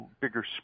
bigger